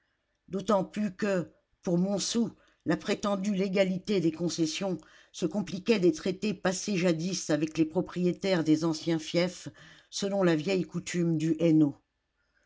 d'autant plus que pour montsou la prétendue légalité des concessions se compliquait des traités passés jadis avec les propriétaires des anciens fiefs selon la vieille coutume du hainaut